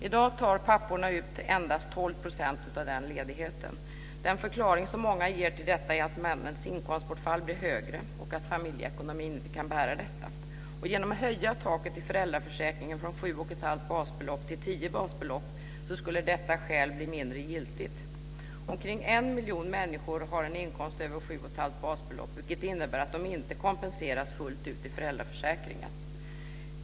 I dag tar papporna endast ut 12 % av den ledigheten. Den förklaring som många ger till detta är att mannens inkomstbortfall blir högre och att familjeekonomin inte kan bära detta. Genom att höja taket i föräldraförsäkringen från sju och ett halvt basbelopp till tio basbelopp skulle detta skäl bli mindre giltigt. Omkring en miljon människor har en inkomst över sju och ett halvt basbelopp, vilket innebär att de inte kompenseras fullt ut i föräldraförsäkringen.